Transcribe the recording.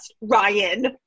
Ryan